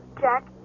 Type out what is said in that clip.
Jack